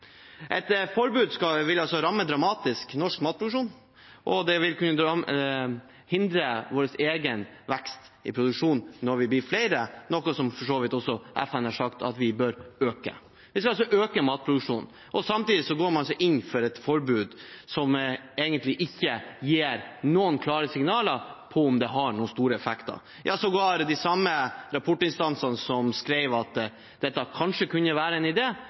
Et forbud vil altså ramme norsk matproduksjon dramatisk, og det vil kunne hindre vår egen vekst i produksjonen når vi blir flere, som FN for så vidt har sagt vi bør øke. Vi skal altså øke matproduksjonen, og samtidig går man inn for et forbud som egentlig ikke gir noen klare signaler på noen stor effekt. Sågar har de samme rapportinstansene som skrev at dette kanskje kunne være en